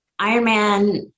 Ironman